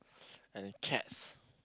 and cats